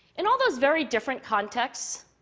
in all those very different contexts,